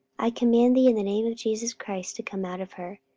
i command thee in the name of jesus christ to come out of her.